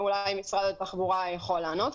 על זה אולי משרד התחבורה יכול לענות.